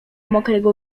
mokrego